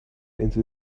into